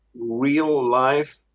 real-life